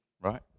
right